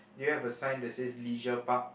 do you have a sign that says leisure park